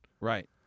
Right